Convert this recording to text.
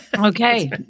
Okay